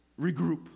regroup